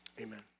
amen